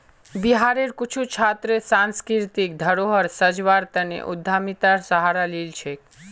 बिहारेर कुछु छात्र सांस्कृतिक धरोहर संजव्वार तने उद्यमितार सहारा लिल छेक